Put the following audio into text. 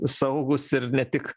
saugūs ir ne tik